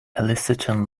eliciting